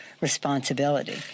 responsibility